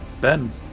Ben